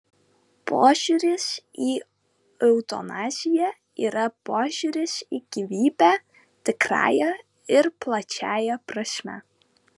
požiūris į eutanaziją yra požiūris į gyvybę tikrąja ir plačiąja prasme